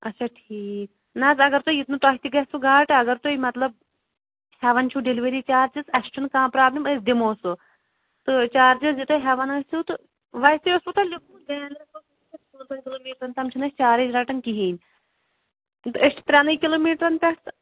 اچھا ٹھیٖک نہ حظ اگر تُہۍ یتھ نہٕ تۄہہِ تہِ گژھِوٕ گاٹہٕ اگر تُہۍ مطلب ہیٚوان چھُو ڈیٚلؤری چارجِز اَسہِ چھُنہٕ کانٛہہ پرٛابلِم أسۍ دِمو سُہ تہٕ چارجِز یہِ تُہۍ ہیٚوان ٲسِو تہٕ ویسے اوسوٕ تۄہہِ لیکھمُت بینرس منٛز اوسوٕ تۄہہِ لیٚوکھمُت پانٛژن کِلوٗ میٖٹرَن تام چھِنہٕ أسۍ چارٕج رَٹان کِہیٖنۍ تہٕ أسۍ چھِ ترٛٮ۪نٕے کِلوٗ میٖٹرن پٮ۪ٹھ تہٕ